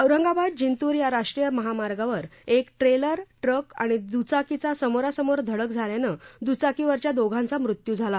औरंगाबाद जिंतूर या राष्ट्रीय महामार्गावर एक ट्रेलर ट्रक आणि द्चाकीचा समोरासमोर धडक झाल्यानं द्चाकीवरच्या दोघांचा मृत्यू झाला